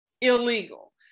illegal